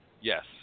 yes